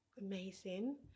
Amazing